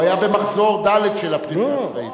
הוא היה במחזור ד' של הפנימייה הצבאית.